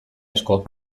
asko